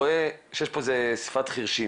אני רואה שיש פה איזה שיח חרשים.